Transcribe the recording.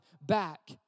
back